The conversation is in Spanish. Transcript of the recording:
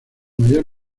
mayor